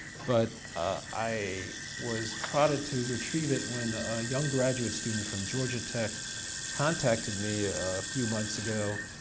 but i was prodded to retrieve it when a young graduate student from georgia tech contacted me a few months ago